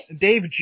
Dave